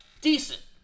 decent